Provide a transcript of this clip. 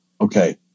okay